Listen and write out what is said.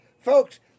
Folks